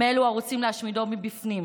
מאלו הרוצים להשמידו מבפנים,